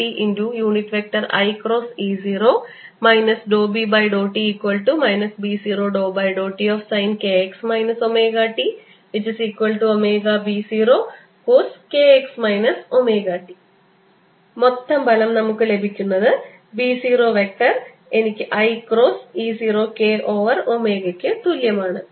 Ekcoskx ωt iE0 ∂B∂t B0∂tsinkx ωt ωB0coskx ωt മൊത്തം ഫലം നമുക്ക് ലഭിക്കുന്നത് B 0 വെക്റ്റർ എനിക്ക് i cross E 0 k over ഒമേഗക്ക് തുല്യമാണ്